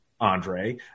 Andre